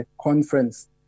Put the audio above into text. conference